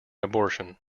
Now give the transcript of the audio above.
abortion